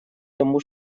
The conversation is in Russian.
тому